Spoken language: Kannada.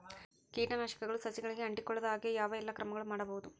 ಕೇಟನಾಶಕಗಳು ಸಸಿಗಳಿಗೆ ಅಂಟಿಕೊಳ್ಳದ ಹಾಗೆ ಯಾವ ಎಲ್ಲಾ ಕ್ರಮಗಳು ಮಾಡಬಹುದು?